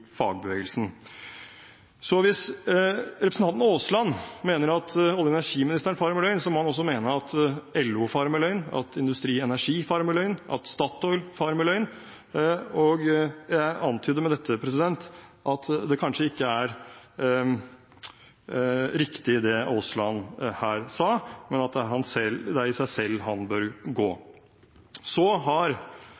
fagbevegelsen. Hvis representanten Aasland mener at olje- og energiministeren farer med løgn, må han også mene at LO farer med løgn, at Industri Energi farer med løgn, at Statoil farer med løgn, og jeg antyder med dette at det kanskje ikke er riktig det Aasland her sa, men at det er i seg selv han bør gå. Så har